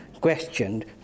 questioned